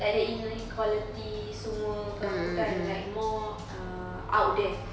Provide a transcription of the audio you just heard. like the in~ quality semua ke apa kan like more err out there